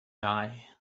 die